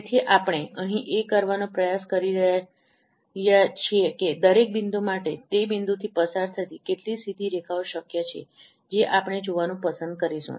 તેથી આપણે અહીં એ કરવાનો પ્રયાસ કરી રહ્યા છીએ કે દરેક બિંદુ માટે તે બિંદુથી પસાર થતી કેટલી સીધી રેખાઓ શક્ય છે તે આપણે જોવાનું પસંદ કરીશું